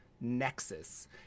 nexus